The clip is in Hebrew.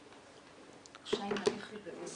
שלום אורי בוצמסקי.